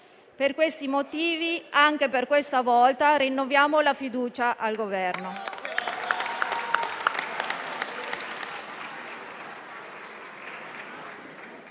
Per questi motivi, anche per questa volta, rinnoviamo la fiducia al Governo.